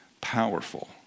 powerful